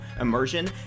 immersion